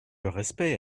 respect